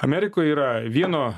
amerikoje yra vieno